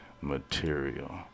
material